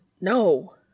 No